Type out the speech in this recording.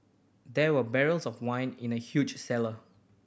there were barrels of wine in the huge cellar